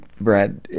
Brad